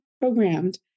programmed